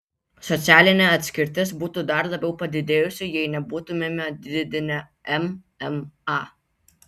socialinė atskirtis būtų dar labiau padidėjusi jei nebūtumėme didinę mma